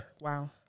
Wow